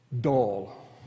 dull